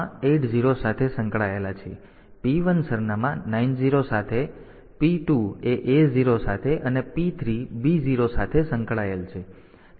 તેથી P0 સરનામાં 80 સાથે સંકળાયેલ છે પછી P1 સરનામાં 90 સાથે સંકળાયેલ છે P2 એ A0 સાથે સંકળાયેલ છે અને P3 B0 સાથે સંકળાયેલ છે